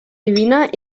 divina